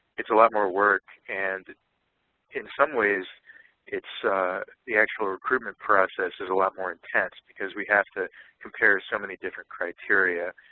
it's a lot more work, and in some ways the the actual recruitment process is a lot more and tense because we have to compare so many different criteria,